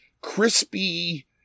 Crispy